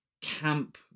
camp